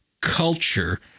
culture